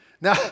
Now